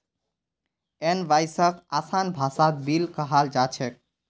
इनवॉइसक आसान भाषात बिल कहाल जा छेक